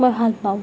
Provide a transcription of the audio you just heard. মই ভাল পাওঁ